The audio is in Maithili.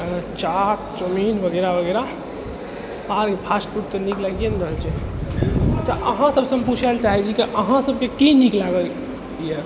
चाट चाउमीन वगैरह वगैरह अहाँके फास्ट फूड तऽ नीक लागिए ने रहल छै अच्छा अहाँ सबसँ हम पूछैलए चाहै छी कि अहाँसबके की नीक लागल अइ